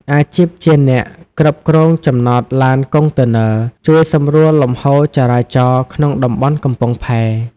អាជីពជាអ្នកគ្រប់គ្រងចំណតឡានកុងតឺន័រ ជួយសម្រួលលំហូរចរាចរណ៍ក្នុងតំបន់កំពង់ផែ។